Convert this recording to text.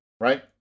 Right